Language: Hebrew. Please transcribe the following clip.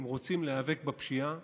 אם רוצים להיאבק בפשיעה